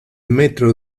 metro